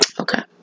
Okay